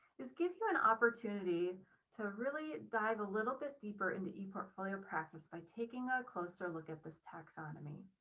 is give you an opportunity to really dive a little bit deeper into e portfolio practice by taking a closer look at this taxonomy.